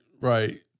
right